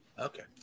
Okay